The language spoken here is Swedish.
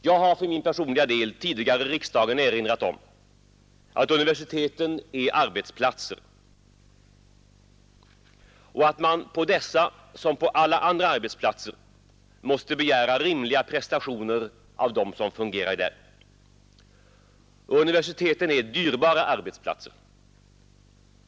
Jag har för min personliga del tidigare i riksdagen erinrat om att universiteten är arbetsplatser och att man på dessa som på alla andra arbetsplatser måste begära rimliga prestationer av dem som fungerar där. Och universiteten är dyrbara arbetsplatser.